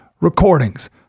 recordings